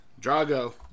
Drago